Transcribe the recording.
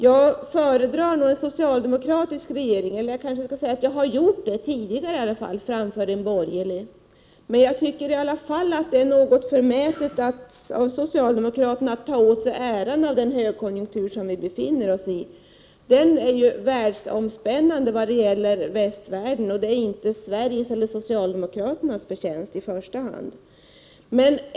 Jag föredrar nog en socialdemokratisk regering — eller jag kanske skall säga att jag har gjort det tidigare — framför en borgerlig. Jag tycker i alla fall att det är något förmätet av socialdemokraterna att ta åt sig äran av den högkonjunktur som vi befinner oss i. Den är världsomspännande i vad gäller västvärlden. Det är inte i första hand Sveriges eller socialdemokraternas förtjänst.